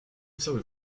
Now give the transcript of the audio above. sorry